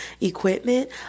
equipment